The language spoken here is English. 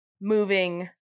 moving